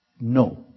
no